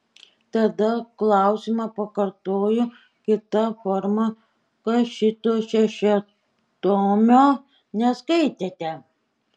tada klausimą pakartoju kita forma kas šito šešiatomio neskaitėte